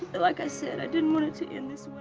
like i said, i didn't want it to end this